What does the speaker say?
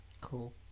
Cool